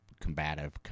combative